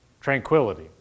tranquility